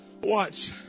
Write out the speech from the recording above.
Watch